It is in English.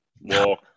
Walk